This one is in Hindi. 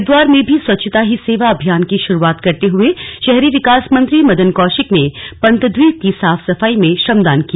हरिद्वार में भी स्वच्छता ही सेवा अभियान की शुरुआत करते हुए शहरी विकास मंत्री मदन कौशिक ने पंतद्वीप की साफ सफाई में श्रमदान किया